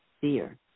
fear